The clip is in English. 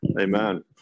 Amen